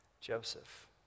Joseph